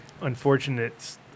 unfortunate